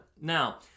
Now